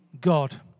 God